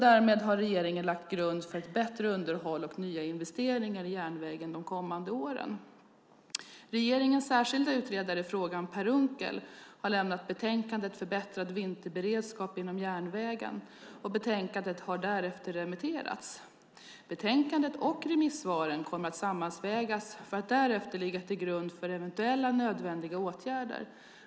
Därmed har regeringen lagt grund för ett bättre underhåll och nya investeringar i järnvägen de kommande åren. Regeringens särskilda utredare i frågan, Per Unckel, har lämnat betänkandet Förbättrad vinterberedskap inom järnvägen . Betänkandet har därefter remitterats. Betänkandet och remissvaren kommer att sammanvägas för att därefter ligga till grund för eventuella nödvändiga åtgärder.